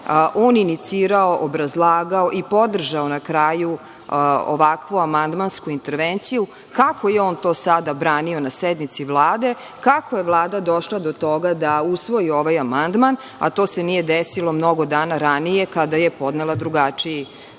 on inicirao, obrazlagao i podržao na kraju ovakvu amandmansku intervenciju. Kako je on to sada branio na sednici Vlade, kako je Vlada došla do toga da usvoji ovaj amandman, a to se nije desilo mnogo dana ranije kada je podnela drugačiji